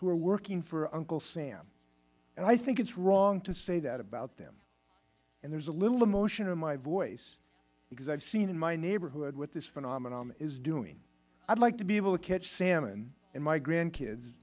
who are working for uncle sam and i think that is wrong to say that about them and there is a little emotion in my voice because i have seen in my neighborhood what this phenomenon is doing i would like to be able to catch salmon and my grandkid